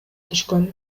түшкөн